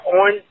on